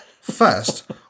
First